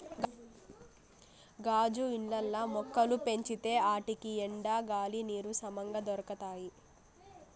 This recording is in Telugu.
గాజు ఇండ్లల్ల మొక్కలు పెంచితే ఆటికి ఎండ, గాలి, నీరు సమంగా దొరకతాయి